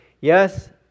Yes